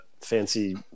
fancy